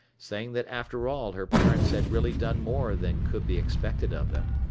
saying that after all her parents had really done more than could be expected of them.